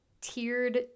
tiered